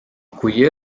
kui